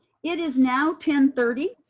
it is now ten thirty.